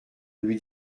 lui